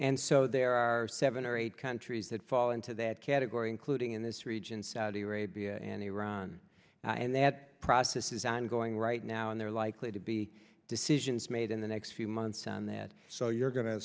and so there are seven or eight countries that fall into that category including in this region saudi arabia and iran and that process is ongoing right now and they're likely to be decisions made in the next few months on that so you're going to